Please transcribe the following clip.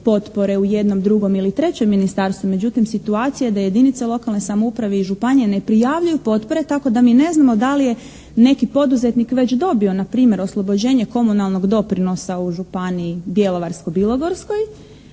u jednom, drugom ili trećem ministarstvu. Međutim, situacija da jedinice lokalne samouprave i županije ne prijavljuju potpore tako da mi ne znamo da li je neki poduzetnik već dobio na primjer oslobođenje komunalnog doprinosa u županiji Bjelovarsko-Bilogorskoj,